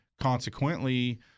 consequently